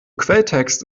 quelltext